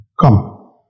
Come